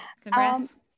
congrats